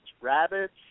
rabbits